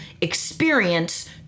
experience